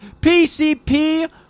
PCP